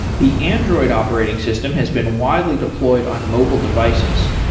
the android operating system has been widely deployed on mobile devices.